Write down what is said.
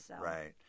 right